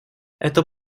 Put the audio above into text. это